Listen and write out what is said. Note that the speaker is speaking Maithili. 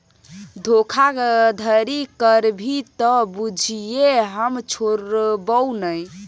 धोखाधड़ी करभी त बुझिये हम छोड़बौ नै